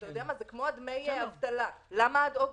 זה כמו דמי אבטלה: למה עד אוגוסט?